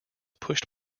pushed